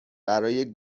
برای